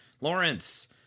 lawrence